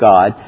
God